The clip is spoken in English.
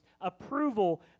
approval